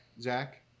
Zach